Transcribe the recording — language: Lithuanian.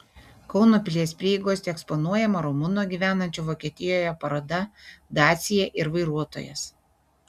kauno pilies prieigose eksponuojama rumuno gyvenančio vokietijoje paroda dacia ir vairuotojas